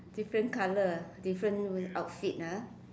different color ah different outfit ah